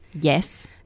yes